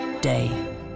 day